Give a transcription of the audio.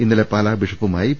ഇന്നലെ പാലാ ബിഷപ്പുമായി പി